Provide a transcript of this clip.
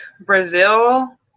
Brazil